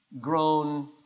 grown